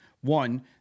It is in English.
One